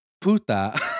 puta